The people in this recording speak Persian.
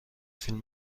فیلم